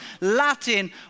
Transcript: Latin